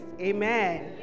Amen